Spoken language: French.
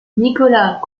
nicolas